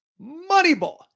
Moneyball